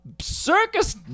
circus